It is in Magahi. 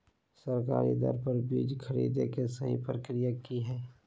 सरकारी दर पर बीज खरीदें के सही प्रक्रिया की हय?